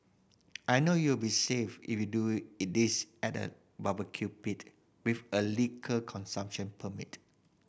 I know you will be safe if you do this at a barbecue pit with a liquor consumption permit